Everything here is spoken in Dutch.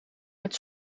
met